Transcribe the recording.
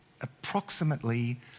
approximately